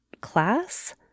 class